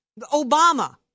Obama